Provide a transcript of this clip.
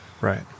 Right